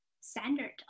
standard